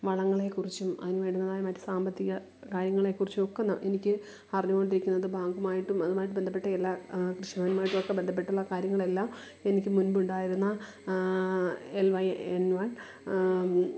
വളങ്ങളെക്കുറിച്ചും അതിനു വരുന്നതായ മറ്റു സാമ്പത്തിക കാര്യങ്ങളെക്കുറിച്ചും ഒക്കെ എനിക്ക് അറിഞ്ഞു കൊണ്ടിരിക്കുന്നത് ബാഹ്യമായിട്ടും അതുമായിട്ടു ബദ്ധപ്പെട്ട എല്ലാ കൃഷി ഭവനുമായിട്ട് ഒക്കെ ബന്ധപ്പെട്ട എല്ലാ കൃഷി ഭവനുമായിട്ടു ബന്ധപ്പെട്ടുള്ള കാര്യങ്ങളെല്ലാം എനിക്ക് മുൻപുണ്ടായിരുന്ന എൽ വൈ എൻ വൺ